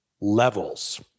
levels